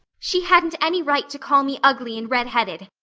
she hadn't any right to call me ugly and redheaded,